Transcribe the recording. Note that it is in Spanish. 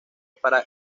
para